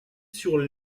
sur